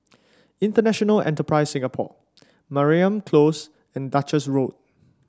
International Enterprise Singapore Mariam Close and Duchess Road